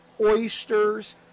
oysters